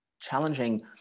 challenging